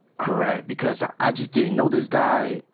correct. because i i just didn't know this guy.